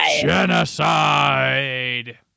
Genocide